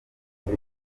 ziri